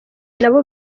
nabo